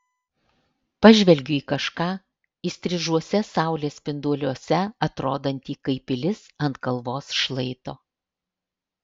pažvelgiu į kažką įstrižuose saulės spinduliuose atrodantį kaip pilis ant kalvos šlaito